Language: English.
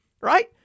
Right